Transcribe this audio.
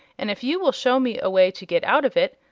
and if you will show me a way to get out of it,